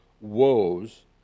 woes